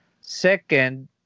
Second